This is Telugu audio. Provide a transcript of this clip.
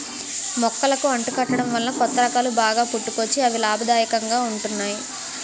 మొక్కలకు అంటు కట్టడం వలన కొత్త రకాలు బాగా పుట్టుకొచ్చి అవి లాభదాయకంగా ఉంటున్నాయి